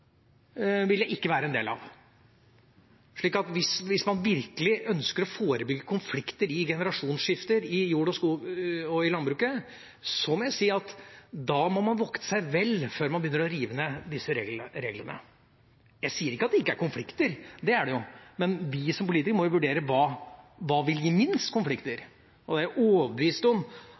ikke ha vært en del av. Hvis man virkelig ønsker å forebygge konflikter ved generasjonsskifter i jord-, skog- og landbruket, må man vokte seg vel før man begynner å rive ned disse reglene. Jeg sier ikke at det ikke er konflikter – det er det jo – men vi som politikere må vurdere hva som vil gi minst konflikter. Jeg er overbevist om